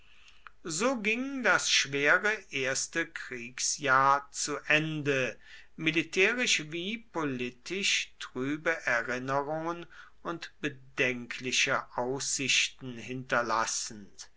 so ging das schwere erste kriegsjahr zu ende militärisch wie politisch trübe erinnerungen und bedenkliche aussichten hinterlassend